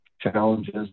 challenges